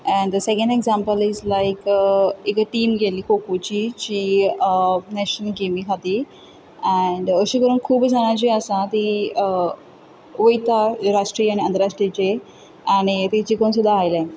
and the second example is like एक team गेल्ली खो खोची नॅशनल गेमी खातीर एंड अशें तरेन खूब जाणां जीं आसा तीं वयता राष्ट्रीय आनी आंतरराष्ट्रीयचे एंड जिकोन सुद्दां आयल्यात